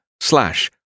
slash